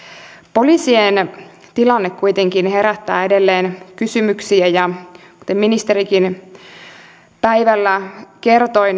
poliisien tilanne kuitenkin herättää edelleen kysymyksiä ja kuten ministerikin päivällä kertoi